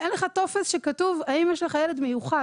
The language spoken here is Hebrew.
אין לך טופס שכתוב האם יש לך ילד מיוחד.